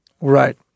Right